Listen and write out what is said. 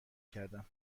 کردم